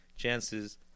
chances